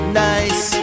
nice